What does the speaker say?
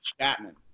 Chapman